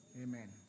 Amen